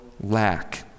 lack